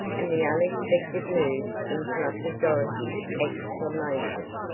and the unexpected move interrupted dorothy's exclamation.